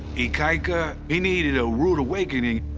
ikaika, he needed a rude awakening.